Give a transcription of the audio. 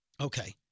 Okay